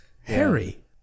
Harry